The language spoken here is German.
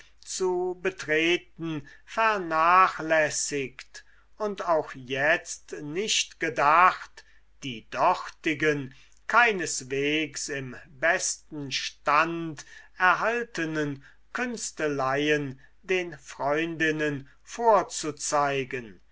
zu betreten vernachlässigt und auch jetzt nicht gedacht die dortigen keineswegs im besten stand erhaltenen künsteleien den freundinnen vorzuzeigen